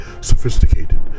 sophisticated